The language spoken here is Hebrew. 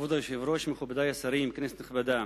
כבוד היושב-ראש, מכובדי השרים, כנסת נכבדה,